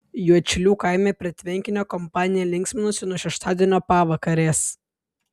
juodšilių kaime prie tvenkinio kompanija linksminosi nuo šeštadienio pavakarės